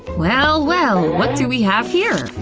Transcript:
well, well, what do we have here?